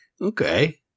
Okay